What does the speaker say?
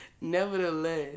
nevertheless